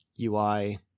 UI